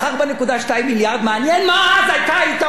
מעניין מה אז אתה היית אומר על זה שמעלים את המע"מ,